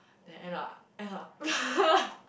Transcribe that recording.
then end up end up